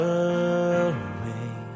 away